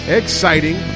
exciting